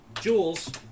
Jules